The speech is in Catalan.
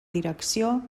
direcció